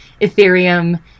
ethereum